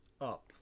up